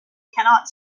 cannot